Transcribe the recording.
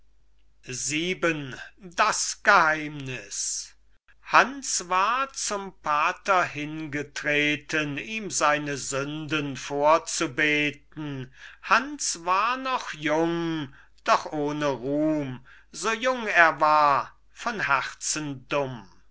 das geheimnis hans war zum pater hingetreten ihm seine sünden vorzubeten hans war noch jung doch ohne ruhm so jung er war von herzen dumm